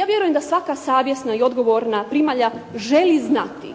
Ja vjerujem da svaka savjesna i odgovorna primalja želi znati